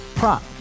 Prop